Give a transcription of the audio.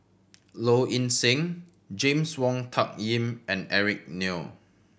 Low Ing Sing James Wong Tuck Yim and Eric Neo